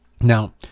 Now